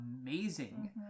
amazing